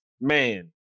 man